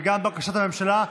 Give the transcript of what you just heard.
וגם בקשת הממשלה,